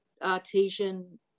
artesian